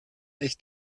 echt